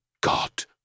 God